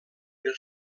per